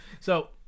So-